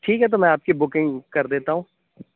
ٹھیک ہے تو میں آپ کی بکنگ کر دیتا ہوں